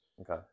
okay